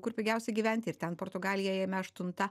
kur pigiausia gyventi ir ten portugalija jame aštunta